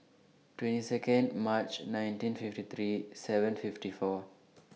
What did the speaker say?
twenty seconde March nineteen fifty three seven fifty four